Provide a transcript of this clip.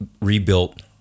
rebuilt